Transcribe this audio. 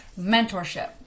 mentorship